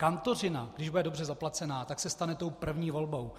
Kantořina, když bude dobře zaplacená, se stane tou první volbou.